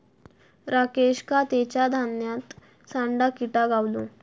राकेशका तेच्या धान्यात सांडा किटा गावलो